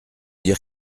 dire